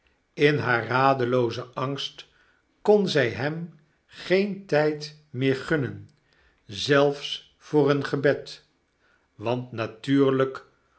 in haar radeloozen angst kon zy hem geen tyd meer gunnen zelfs voor een gebed want natuurlyk